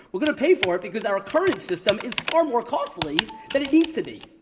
we're going to pay for it because our current system is far more costly than it needs to be.